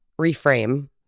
reframe